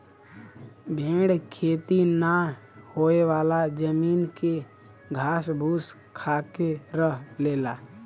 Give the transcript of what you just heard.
भेड़ खेती ना होयेवाला जमीन के घास फूस खाके रह लेला